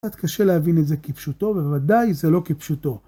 קשה להבין את זה כפשוטו, ובוודאי זה לא כפשוטו.